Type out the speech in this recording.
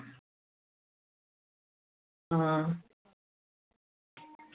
आं